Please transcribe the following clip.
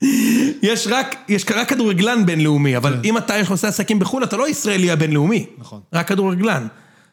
יש רק כדורגלן בינלאומי, אבל אם אתה יכול לעשות עסקים בחול אתה לא ישראלי הבינלאומי, רק כדורגלן.